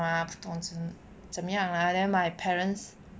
不懂是怎么样 lah then my parents